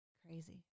Crazy